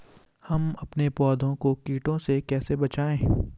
हम अपने पौधों को कीटों से कैसे बचाएं?